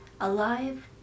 alive